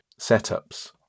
setups